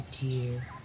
dear